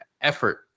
effort